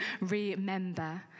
remember